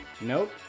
Nope